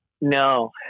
No